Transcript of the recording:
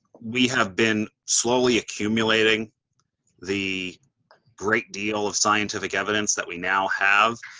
we have been slowly accumulating the great deal of scientific evidence that we now have.